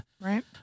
Right